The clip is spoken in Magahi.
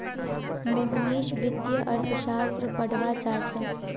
मोहनीश वित्तीय अर्थशास्त्र पढ़वा चाह छ